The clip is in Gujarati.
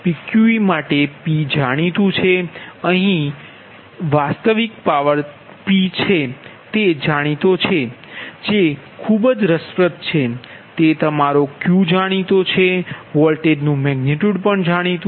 અહીં P જાણીતું છે જે વાસ્તવિક પાવર છે તે ખૂબ જ રસપ્રદ છે તે તમારો Q જાણીતો છે અને વોલ્ટેજનુ મેગનિટયુડ પણ જાણીતું છે